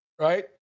right